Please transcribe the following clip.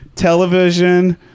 television